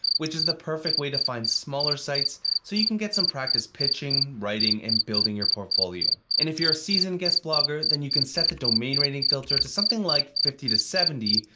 which is the perfect way to find smaller sites so you can get some practice pitching, writing and building your portfolio. and if you're a seasoned guest blogger, then you can set the domain rating filter to something like fifty seventy,